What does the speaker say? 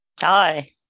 hi